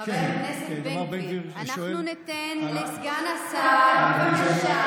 חבר הכנסת בן גביר, אנחנו ניתן לסגן השר, בבקשה.